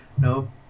no